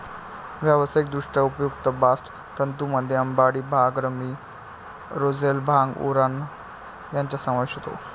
व्यावसायिकदृष्ट्या उपयुक्त बास्ट तंतूंमध्ये अंबाडी, भांग, रॅमी, रोझेल, भांग, उराणा यांचा समावेश होतो